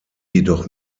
jedoch